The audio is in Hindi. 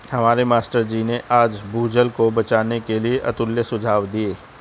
हमारे मास्टर जी ने आज भूजल को बचाने के लिए अतुल्य सुझाव दिए